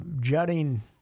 Jutting